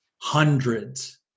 Hundreds